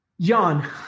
Jan